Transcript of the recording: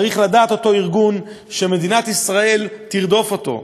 צריך לדעת אותו ארגון שמדינת ישראל תרדוף אותו.